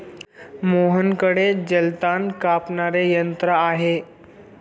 मोहनकडे जलतण कापणारे यंत्र आहे